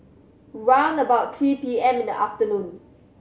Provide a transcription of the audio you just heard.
round about three P M in the afternoon